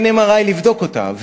אין MRI לבדוק אותה.